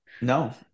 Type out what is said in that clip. no